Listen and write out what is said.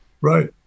right